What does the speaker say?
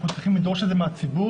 אנחנו צריכים לדרוש את זה מן הציבור,